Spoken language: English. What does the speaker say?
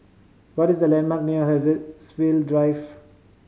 what is the landmark near Haigsville Drive